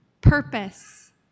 Purpose